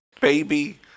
baby